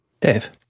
Dave